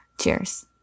cheers